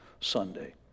Sunday